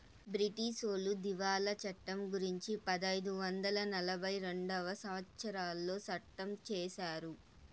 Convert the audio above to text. బ్రిటీసోళ్లు దివాళా చట్టం గురుంచి పదైదు వందల నలభై రెండవ సంవచ్చరంలో సట్టం చేశారు